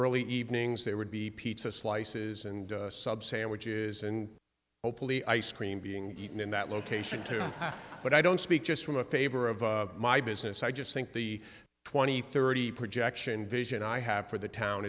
early evenings there would be pizza slices and subs sandwiches and hopefully ice cream being eaten in that location too but i don't speak just from a favor of my business i just think the twenty thirty projection vision i have for the town